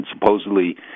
supposedly